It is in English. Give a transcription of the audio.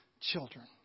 children